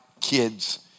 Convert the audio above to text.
kids